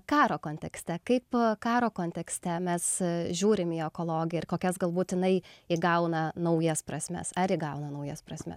karo kontekste kaip karo kontekste mes žiūrime į ekologiją ir kokias galbūt jinai įgauna naujas prasmes ar įgauna naujas prasmes